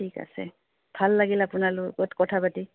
ঠিক আছে ভাল লাগিল আপোনালোক লগত কথা পাতি